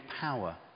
power